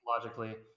logically